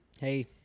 Hey